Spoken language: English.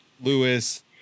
Lewis